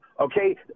Okay